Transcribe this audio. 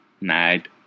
night